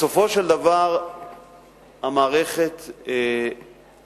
בסופו של דבר המערכת הצליחה